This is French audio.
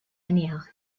manière